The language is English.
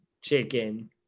chicken